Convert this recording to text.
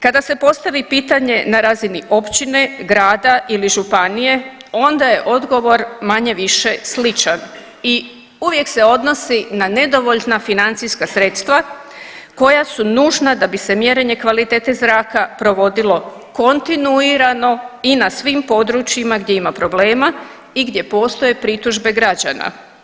Kada se postavi pitanje na razini općine, grada ili županije, onda je odgovor manje-više, sličan i uvijek se odnosi na nedovoljna financijska sredstva koja su nužda da bi se mjerenje kvalitete zraka provodilo kontinuirano i na svim područjima gdje ima problema i gdje postoje pritužbe građana.